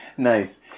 Nice